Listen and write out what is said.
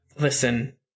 Listen